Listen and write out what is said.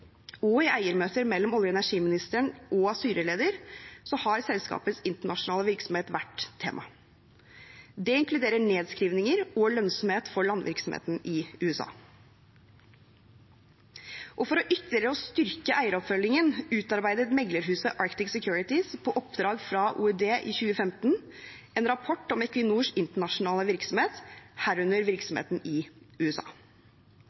og i eiermøter mellom olje- og energiministeren og styreleder har selskapets internasjonale virksomhet vært tema. Det inkluderer nedskrivninger og lønnsomhet for landvirksomheten i USA. For ytterligere å styrke eieroppfølgingen utarbeidet meglerhuset Arctic Securities på oppdrag fra OED i 2015 en rapport om Equinors internasjonale virksomhet, herunder virksomheten i USA.